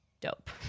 dope